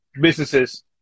businesses